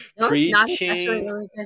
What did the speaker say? Preaching